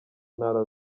ntara